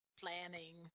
planning